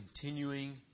continuing